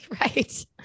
Right